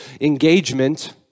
engagement